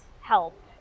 help